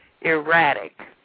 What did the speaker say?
erratic